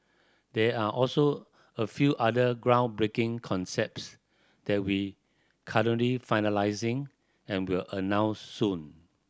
there are also a few other groundbreaking concepts that we currently finalising and will announce soon